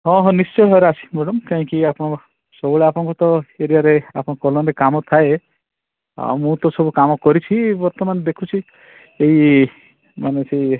ହଁ ହଁ ନିଶ୍ଚୟ ମ୍ୟାଡ଼ାମ୍ ଆସିବି ମ୍ୟାଡ଼ାମ୍ କାହିଁକି ଆପଣଙ୍କ ସବୁବେଳେ ଆପଣଙ୍କ ତ ଏଇ ଏରିଆରେ ଆପଣଙ୍କ କଲୋନୀରେ କାମ ଥାଏ ଆଉ ମୁଁ ତ ସବୁ କାମ କରିଛି ବର୍ତ୍ତମାନ ଦେଖୁଛି ଏଇ ମାନେ ସିଏ